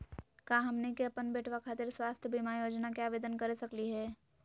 का हमनी के अपन बेटवा खातिर स्वास्थ्य बीमा योजना के आवेदन करे सकली हे?